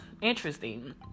Interesting